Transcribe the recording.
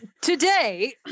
today